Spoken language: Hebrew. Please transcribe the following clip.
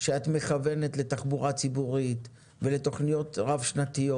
שאת מכוונת לתחבורה ציבורית ולתכניות רב שנתיות